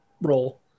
role